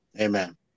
amen